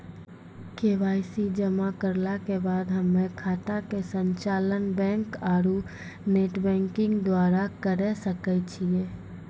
KYC जमा करला के बाद हम्मय खाता के संचालन बैक आरू नेटबैंकिंग द्वारा करे सकय छियै?